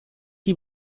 die